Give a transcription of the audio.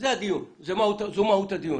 זו מהות הדיון.